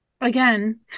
again